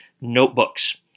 Notebooks